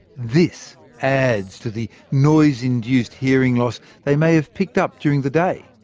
this adds to the noise-induced hearing loss they may have picked up during the day.